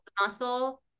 muscle